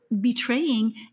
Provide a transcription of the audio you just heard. betraying